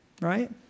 Right